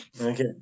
Okay